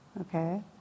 okay